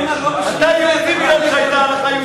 אנחנו,